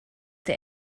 der